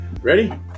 Ready